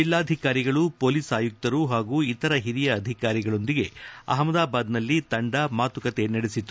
ಜಿಲ್ಲಾಧಿಕಾರಿಗಳು ಪೊಲೀಸ್ ಆಯುಕ್ತರು ಹಾಗೂ ಇತರ ಹಿರಿಯ ಅಧಿಕಾರಿಗಳೊಂದಿಗೆ ಅಪಮ್ನದಾಬಾದ್ನಲ್ಲಿ ತಂಡ ಮಾತುಕತೆ ನಡೆಸಿದೆ